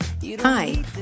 hi